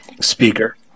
speaker